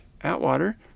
Atwater